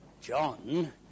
John